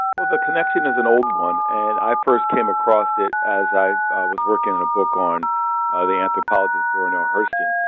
the connection is an old one. and i first came across it as i was working on a book on ah the anthropologist zora neale hurston.